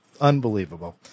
Unbelievable